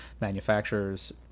manufacturers